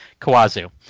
Kawazu